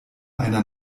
einer